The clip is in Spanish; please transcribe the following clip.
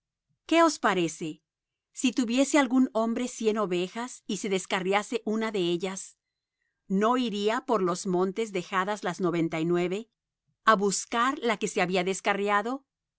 qué os parece si tuviese algún hombre cien ovejas y se descarriase una de ellas no iría por los montes dejadas las noventa y nueve á buscar la que se había descarriado